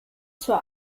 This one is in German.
zur